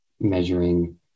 measuring